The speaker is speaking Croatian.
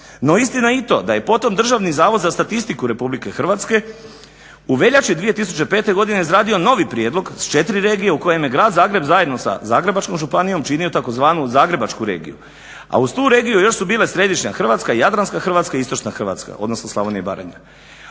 No, istina je i to da je potom Državni zavod za statistiku RH u veljači 2005. godine izradio novi prijedlog s 4 regije u kojem je Grad Zagreb zajedno sa Zagrebačkom županijom činio tzv. "Zagrebačku regiju". A uz tu regiju još su bile središnja Hrvatska, jadranska Hrvatska i istočna Hrvatska odnosno Slavonija i Baranja.